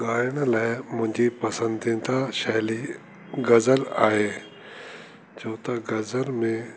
गाइण लाइ मुंहिंजी पसंदीदा शैली गज़ल आहे छो त गज़ल में